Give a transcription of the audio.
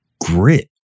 grit